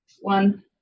One